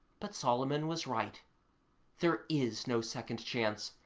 but solomon was right there is no second chance,